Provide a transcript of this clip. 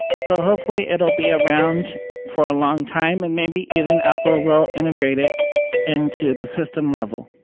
so hopefully it will be around for a long time and maybe even apple will integrate it into the system level.